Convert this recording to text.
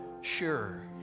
sure